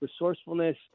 resourcefulness